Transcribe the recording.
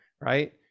Right